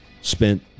spent